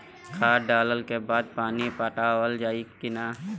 खाद डलला के बाद पानी पाटावाल जाई कि न?